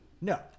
No